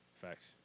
Facts